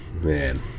man